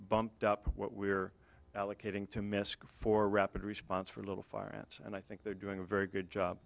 bumped up what we're allocating to misc for rapid response for little fire ants and i think they're doing a very good job